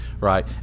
Right